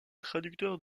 traducteurs